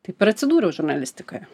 taip ir atsidūriau žurnalistikoje